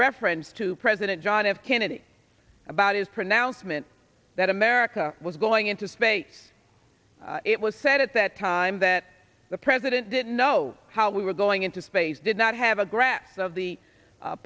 reference to president john f kennedy about his pronouncement that america was going into space it was said at that time that the president didn't know how we were going into space did not have a grasp of the